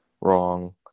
wrong